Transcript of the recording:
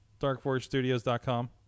DarkForgeStudios.com